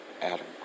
Adam